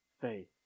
faith